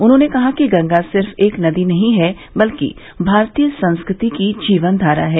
उन्होंने कहा कि गंगा सिर्फ एक नदी नहीं है बल्कि भारतीय संस्कृति की जीवनधारा है